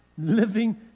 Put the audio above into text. living